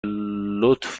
لطف